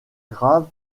grave